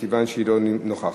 מכיוון שהיא לא נוכחת.